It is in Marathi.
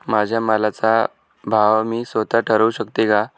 माझ्या मालाचा भाव मी स्वत: ठरवू शकते का?